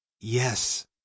Yes